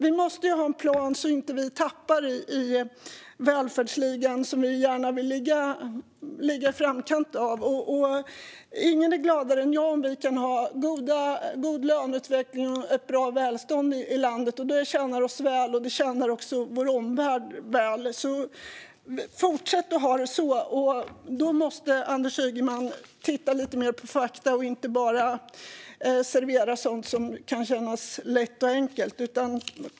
Vi måste ha en plan så att vi inte tappar i välfärdsligan, där vi gärna vill ligga i framkant. Ingen är gladare än jag om vi kan ha en god löneutveckling och ett bra välstånd i landet. Det tjänar oss väl, och det tjänar också vår omvärld väl. Vi ska fortsätta att ha det så. Då måste Anders Ygeman titta lite mer på fakta och inte bara servera sådant som kan kännas lätt och enkelt.